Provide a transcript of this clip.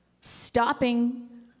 stopping